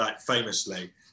Famously